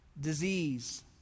disease